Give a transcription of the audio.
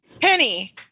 Penny